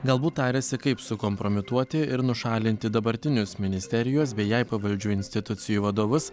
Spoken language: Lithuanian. galbūt tarėsi kaip sukompromituoti ir nušalinti dabartinius ministerijos bei jai pavaldžių institucijų vadovus